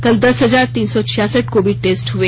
कल दस हजार तीन सौ छियासलीस कोविड टेस्ट हुए